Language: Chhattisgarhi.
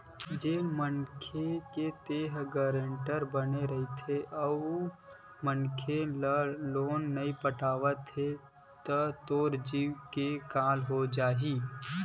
जेन मनखे के तेंहा गारेंटर बने रहिबे अउ ओ मनखे ह लोन नइ पटावत हे त तोर जींव के काल हो जाही